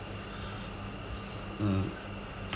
mm